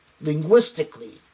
linguistically